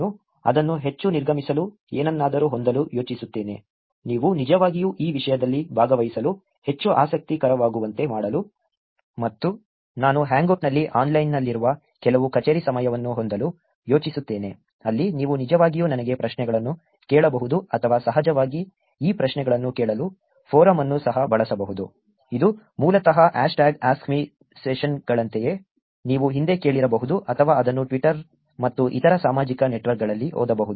ನಾನು ಅದನ್ನು ಹೆಚ್ಚು ನಿರ್ಗಮಿಸಲು ಏನನ್ನಾದರೂ ಹೊಂದಲು ಯೋಜಿಸುತ್ತೇನೆ ನೀವು ನಿಜವಾಗಿಯೂ ಈ ವಿಷಯದಲ್ಲಿ ಭಾಗವಹಿಸಲು ಹೆಚ್ಚು ಆಸಕ್ತಿಕರವಾಗುವಂತೆ ಮಾಡಲು ಮತ್ತು ನಾನು Hangout ನಲ್ಲಿ ಆನ್ಲೈನ್ನಲ್ಲಿರುವ ಕೆಲವು ಕಚೇರಿ ಸಮಯವನ್ನು ಹೊಂದಲು ಯೋಜಿಸುತ್ತೇನೆ ಅಲ್ಲಿ ನೀವು ನಿಜವಾಗಿಯೂ ನನಗೆ ಪ್ರಶ್ನೆಗಳನ್ನು ಕೇಳಬಹುದು ಅಥವಾ ಸಹಜವಾಗಿ ಈ ಪ್ರಶ್ನೆಗಳನ್ನು ಕೇಳಲು ಫೋರಮ್ ಅನ್ನು ಸಹ ಬಳಸಬಹುದು ಇದು ಮೂಲತಃ ಹ್ಯಾಶ್ಟ್ಯಾಗ್ AskMe ಸೆಷನ್ಗಳಂತೆಯೇ ನೀವು ಹಿಂದೆ ಕೇಳಿರಬಹುದು ಅಥವಾ ಅದನ್ನು ಟ್ವಿಟರ್ ಮತ್ತು ಇತರ ಸಾಮಾಜಿಕ ನೆಟ್ವರ್ಕ್ಗಳಲ್ಲಿ ಓದಬಹುದು